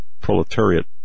proletariat